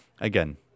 again